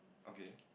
okay